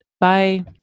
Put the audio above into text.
bye